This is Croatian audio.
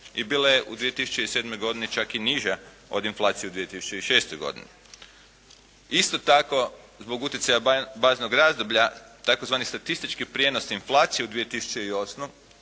i bila je u 2007. godini čak i niža od inflacije u 2006. godini. Isto tako, zbog utjecaja baznog razdoblja, tzv. statistički prijenos inflacije u 2008. iznosi